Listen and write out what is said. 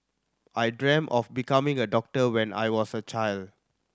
I dreamt of becoming a doctor when I was a child